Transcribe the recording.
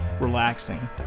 relaxing